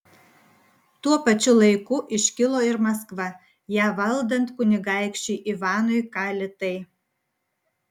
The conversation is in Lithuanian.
tuo pačiu laiku iškilo ir maskva ją valdant kunigaikščiui ivanui kalitai